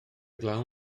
glaw